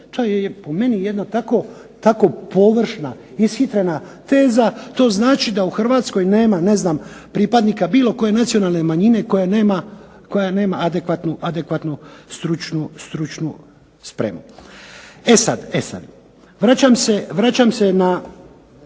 To je po meni jedno tako površna ishitrena teza. To znači da u Hrvatskoj nema, ne znam pripadnika bilo koje nacionalne manjine koja nema adekvatnu stručnu spremu. E sad, vraćam se na